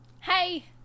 hey